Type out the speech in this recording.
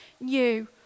new